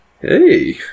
Hey